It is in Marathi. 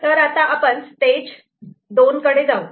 तर आता आपण स्टेज 2 कडे जाऊ